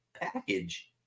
package